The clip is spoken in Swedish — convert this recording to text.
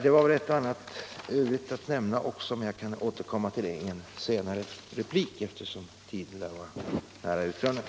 Det var väl ett och annat i övrigt att nämna också, men jag kan återkomma till det i en senare replik, eftersom min tid nu lär vara i det närmaste utrunnen.